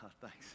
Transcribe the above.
Thanks